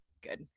good